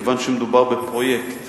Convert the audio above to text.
כיוון שמדובר בפרויקט